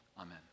Amen